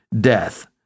death